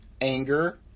anger